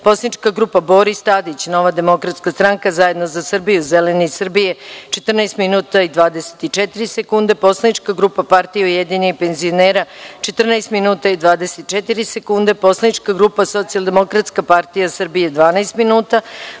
Poslanička grupa Boris Tadić – Nova demokratska stranka, Zajedno za Srbiju, Zeleni Srbije – 14 minuta i 24 sekunde; Poslanička grupa Partija ujedinjenih penzionera Srbije – 14 minuta i 24 sekunde; Poslanička grupa Socijaldemokratska partija Srbije – 12 minuta;